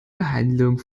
behandlung